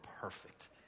perfect